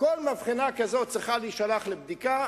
כל מבחנה כזאת צריכה להישלח לבדיקה,